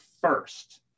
first